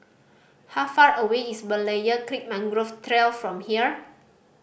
how far away is Berlayer Creek Mangrove Trail from here